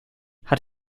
hat